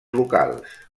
locals